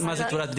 מה זה תעודת בדיקה?